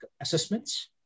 assessments